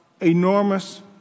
enormous